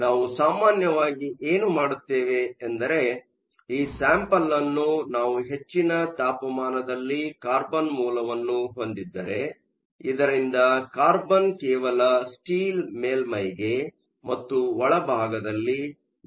ಆದ್ದರಿಂದ ನಾವು ಸಾಮಾನ್ಯವಾಗಿ ಏನು ಮಾಡುತ್ತೇವೆ ಎಂದರೆ ಈ ಸ್ಯಾಂಪಲ್ ಅನ್ನು ನಾವು ಹೆಚ್ಚಿನ ತಾಪಮಾನದಲ್ಲಿ ಕಾರ್ಬನ್ ಮೂಲವನ್ನು ಹೊಂದಿದ್ದರೆ ಇದರಿಂದ ಕಾರ್ಬನ್ ಕೇವಲ ಸ್ಟೀಲ್ ಮೇಲ್ಮೈಗೆ ಮತ್ತು ಒಳಭಾಗದಲ್ಲಿ ಡಿಫ್ಯೂ಼ಸ್Diffuse ಆಗುತ್ತದೆ